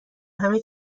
همه